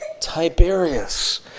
Tiberius